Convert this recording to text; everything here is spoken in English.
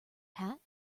hat